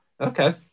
Okay